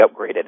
upgraded